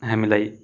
हामीलाई